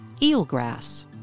Eelgrass